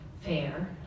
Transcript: fair